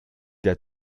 der